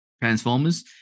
Transformers